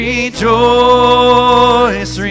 Rejoice